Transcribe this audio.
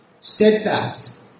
steadfast